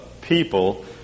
people